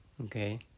Okay